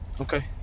Okay